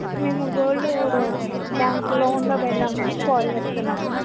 మేము gold bank లోన్లో పెడదామని కాల్ చేస్తున్నామండి